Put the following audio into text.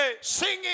Singing